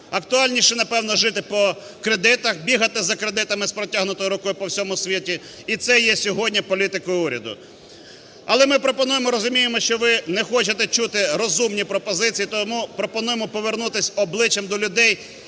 Актуальніше, напевно, жити по кредитах, бігати за кредитами з протягнутою рукою по всьому світі. І це є сьогодні політикою уряду. Але ми пропонуємо, розуміємо, що ви не хочете чути розумні пропозиції. Тому пропонуємо повернутись обличчям до людей